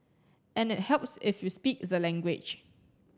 and it helps if you speak the language